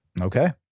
Okay